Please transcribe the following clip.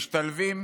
משתלבים